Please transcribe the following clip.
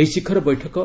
ଏହି ଶିଖର ବୈଠକ